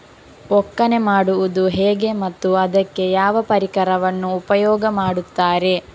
ಒಕ್ಕಣೆ ಮಾಡುವುದು ಹೇಗೆ ಮತ್ತು ಅದಕ್ಕೆ ಯಾವ ಪರಿಕರವನ್ನು ಉಪಯೋಗ ಮಾಡುತ್ತಾರೆ?